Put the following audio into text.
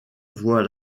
voit